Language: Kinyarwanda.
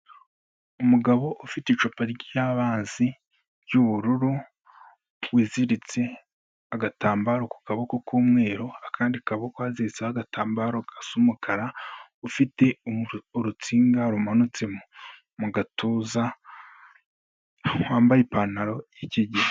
Umugabo ufite icupa ry'abazi ry'ubururu wiziritse agatambaro ku kaboko k'umweru akandi kaboko haziritseho agatambaro gasa umukara ufite urutsinga rumanutse mu gatuza wambaye ipantaro y'ikigina.